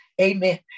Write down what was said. Amen